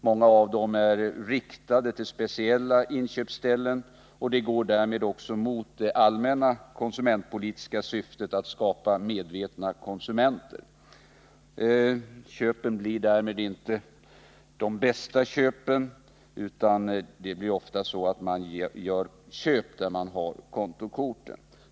Många av dem är riktade till speciella inköpsställen, och de går därmed emot det allmänna konsumentpolitiska syftet att skapa medvetna konsumenter. Köpen blir därigenom inte de bästa inköpen, utan det blir ofta så att man gör dem där man har kontokort.